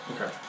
okay